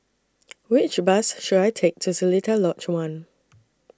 Which Bus should I Take to Seletar Lodge one